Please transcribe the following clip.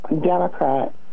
Democrat